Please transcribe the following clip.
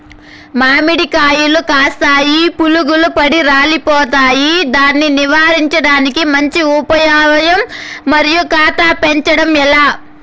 మామిడి కాయలు కాస్తాయి పులుగులు పడి రాలిపోతాయి దాన్ని నివారించడానికి మంచి ఉపాయం మరియు కాత పెంచడము ఏలా?